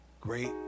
great